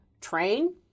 train